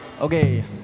Okay